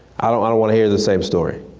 i don't wanna wanna hear the same story.